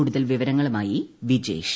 കൂടുതൽ വിവരങ്ങളുമായി വിജേഷ്